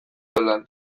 gelan